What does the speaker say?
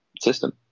system